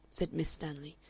said miss stanley,